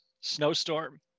snowstorm